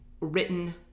written